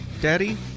Daddy